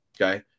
Okay